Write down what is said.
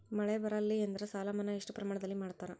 ಬೆಳಿ ಬರಲ್ಲಿ ಎಂದರ ಸಾಲ ಮನ್ನಾ ಎಷ್ಟು ಪ್ರಮಾಣದಲ್ಲಿ ಮಾಡತಾರ?